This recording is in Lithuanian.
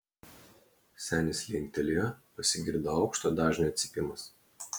senis linktelėjo pasigirdo aukšto dažnio cypimas